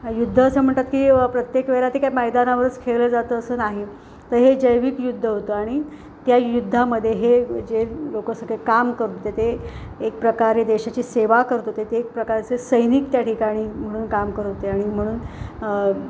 युद्ध असं म्हणतात की प्रत्येक वेळेला ते काय मैदानावरच खेळलं जातं असं नाही तर हे जैविक युद्ध होतं आणि त्या युद्धामध्ये हे जे लोक सगळे काम करत होते ते एक प्रकारे देशाची सेवा करत होते ते एक प्रकारचे सैनिक त्या ठिकाणी म्हणून काम करत होते आणि म्हणून